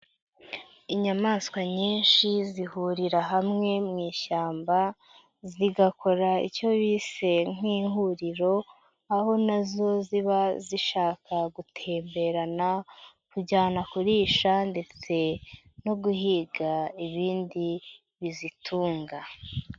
Inyamaswa nyinshi zihurira hamwe mu ishyamba, zigakora icyo bise nk'ihuriro, aho na zo ziba zishaka gutemberana, kujyana kurisha ndetse no guhiga ibindi bizitunga.